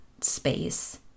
space